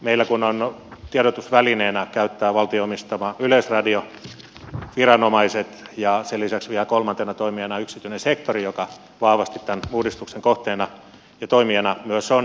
kun meillä tiedotusvälineenä on valtion omistama yleisradio viranomaiset ja sen lisäksi vielä kolmantena toimijana yksityinen sektori joka vahvasti tämän uudistuksen kohteena ja toimijana myös on kysyisin ministeriltä